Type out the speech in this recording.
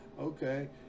okay